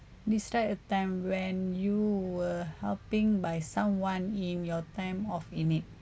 describe a time when you were helping by someone in your time of in need